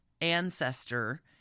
ancestor